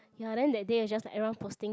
ya then that day is just like everyone posting